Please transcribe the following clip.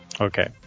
Okay